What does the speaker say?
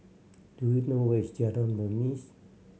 do you know where is Jalan Remis